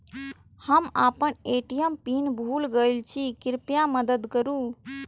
हम आपन ATM pin भूल गईल छी, कृपया मदद करू